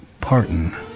parton